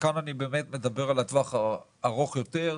וכאן אני מדבר על הטווח הארוך יותר,